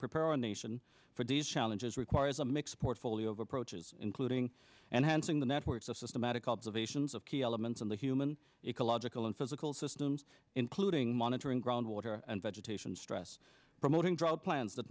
prepare a nation for these challenges requires a mix portfolio of approaches including and hansing the networks of systematic observations of key elements in the human ecological and physical systems including monitoring ground water and vegetation stress promoting drought plans that